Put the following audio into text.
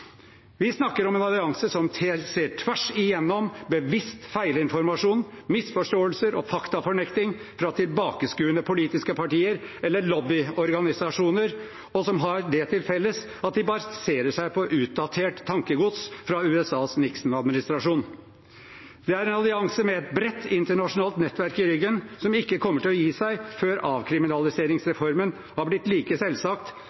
Vi snakker om en allianse som ser tvers igjennom bevisst feilinformasjon, misforståelser og faktafornekting fra tilbakeskuende politiske partier eller lobbyorganisasjoner som har det til felles at de baserer seg på utdatert tankegods fra USAs Nixon-administrasjon. Det er en allianse med et bredt internasjonalt nettverk i ryggen, som ikke kommer til å gi seg før avkriminaliseringsreformen har blitt like selvsagt